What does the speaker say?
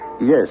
yes